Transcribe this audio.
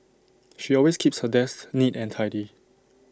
she always keeps her desk neat and tidy